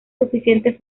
suficientes